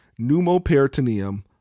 pneumoperitoneum